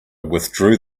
withdrew